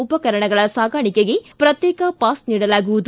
ಉಪಕರಣಗಳ ಸಾಗಾಣಿಕೆಗೆ ಪ್ರತ್ಯೇಕ ಪಾಸ್ ನೀಡಲಾಗುವುದು